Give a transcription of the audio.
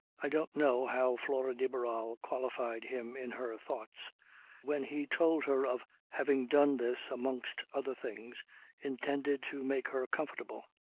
i don't know how flora de barral qualified him in her thoughts when he told her of having done this amongst other things intended to make her comfortable.